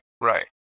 Right